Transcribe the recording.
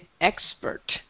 expert